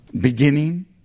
beginning